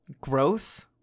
growth